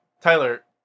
Tyler